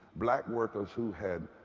black work ers who had